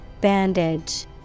Bandage